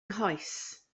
nghoes